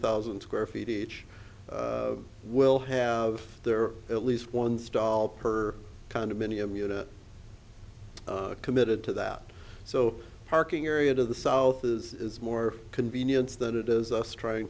thousand square feet each will have their at least one stall per condominium unit committed to that so parking area to the south is more convenience than it is us trying